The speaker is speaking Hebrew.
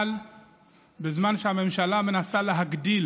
אבל בזמן שהממשלה מנסה להגדיל